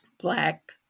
black